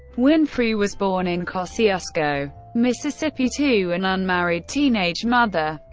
winfrey was born in kosciusko, mississippi, to an unmarried teenage mother.